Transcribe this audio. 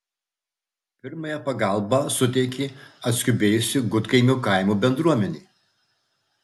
pirmąją pagalbą suteikė atskubėjusi gudkaimio kaimo bendruomenė